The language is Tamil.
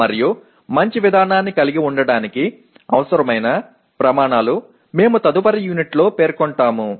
ஒரு நல்ல நடைமுறைக்கு தேவையான அளவுகோல்கள் அடுத்த அலகில் நாம் பார்ப்போம்